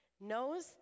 knows